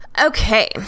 Okay